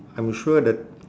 I'm sure that